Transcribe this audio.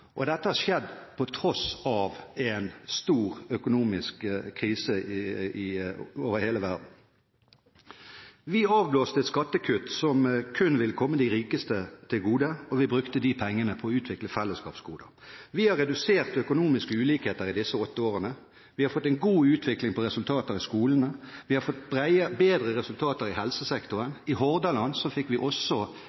en stor økonomisk krise over hele verden. Vi avblåste et skattekutt som kun ville komme de rikeste til gode, og vi brukte de pengene på å utvikle fellesskapsgoder. Vi har redusert økonomiske ulikheter i disse åtte årene, vi har fått en god utvikling på resultater i skolene, vi har fått bedre resultater i helsesektoren.